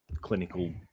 clinical